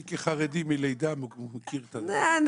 אני כחרדי מלידה מכיר את- -- אתה יודע,